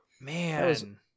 Man